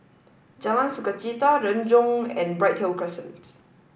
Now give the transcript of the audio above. Jalan Sukachita Renjong and Bright Hill Crescent